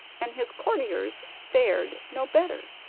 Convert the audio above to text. and his courtiers fared no better.